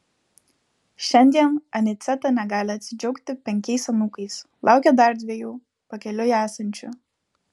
šiandien aniceta negali atsidžiaugti penkiais anūkais laukia dar dviejų pakeliui esančių